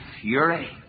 fury